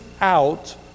out